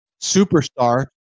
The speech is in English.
superstar